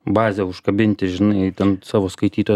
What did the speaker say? bazę užkabinti žinai ten savo skaitytoją